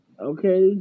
Okay